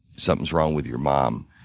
something's wrong with your mom.